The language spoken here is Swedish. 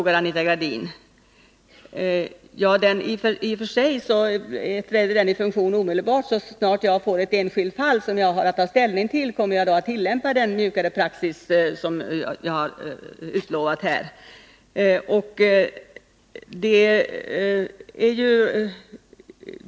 I och för sig träder praxisändringen i funktion omedelbart. Så snart jag får ett enskilt fall som jag har att ta ställning till kommer jag att tillämpa den mjukare praxis som jag har utlovat här.